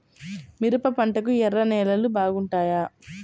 మిరప పంటకు ఎర్ర నేలలు బాగుంటాయా?